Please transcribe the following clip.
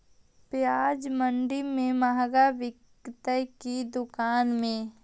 प्याज मंडि में मँहगा बिकते कि दुकान में?